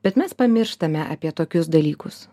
bet mes pamirštame apie tokius dalykus